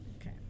Okay